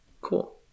cool